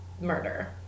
murder